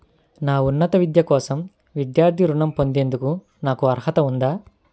నా ఉన్నత విద్య కోసం విద్యార్థి రుణం పొందేందుకు నాకు అర్హత ఉందా?